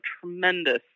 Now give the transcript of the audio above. tremendous